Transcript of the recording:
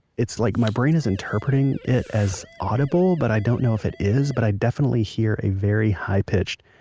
it's like my brain is interpreting it as audible but i don't know if it is. but i definitely hear a very high pitched,